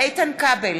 איתן כבל,